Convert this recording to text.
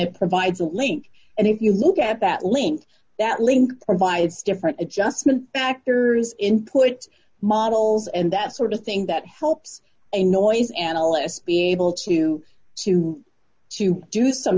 it provides a link and if you look at that link that link provides different adjustment factors inputs models and that sort of thing that helps a noise analyst be able to to do some